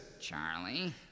Charlie